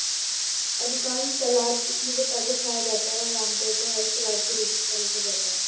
अधिकांश सलाद किस्मों को ताजा खाया जाता है और आमतौर पर हरी सलाद के रूप में परोसा जाता है